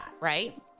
right